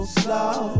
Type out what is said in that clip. slow